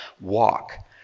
Walk